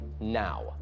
now